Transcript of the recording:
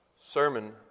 sermon